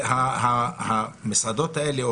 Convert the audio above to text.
הרי המסעדות האלה,